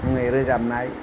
धोरोमनि मुङै रोजाबनाय